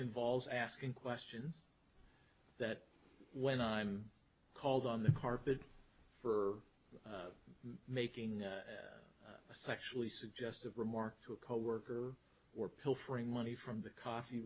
involves asking questions that when i'm called on the carpet for making a sexually suggestive remark to a coworker or pilfering money from the coffee